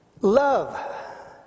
Love